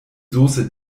soße